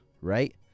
right